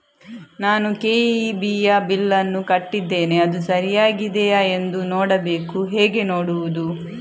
ನಾನು ಕೆ.ಇ.ಬಿ ಯ ಬಿಲ್ಲನ್ನು ಕಟ್ಟಿದ್ದೇನೆ, ಅದು ಸರಿಯಾಗಿದೆಯಾ ಎಂದು ನೋಡಬೇಕು ಹೇಗೆ ನೋಡುವುದು?